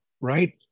right